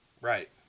Right